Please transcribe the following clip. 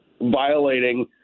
violating